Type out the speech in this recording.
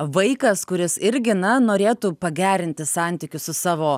vaikas kuris irgi na norėtų pagerinti santykius su savo